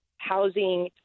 housing